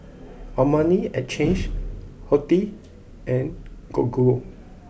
Armani Exchange Horti and Gogo